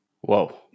Whoa